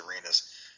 arenas